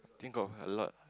think got a lot